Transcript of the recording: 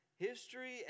history